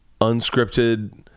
unscripted